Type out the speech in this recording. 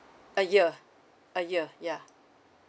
a year a year yeah